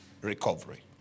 recovery